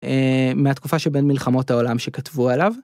מהתקופה שבין מלחמות העולם שכתבו עליו.